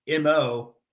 MO